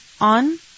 on